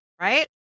right